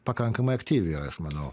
pakankamai aktyviai yra aš manau